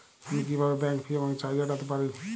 আমি কিভাবে bank fee এবং চার্জ এড়াতে পারি?